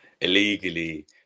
illegally